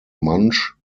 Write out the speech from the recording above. mantzsch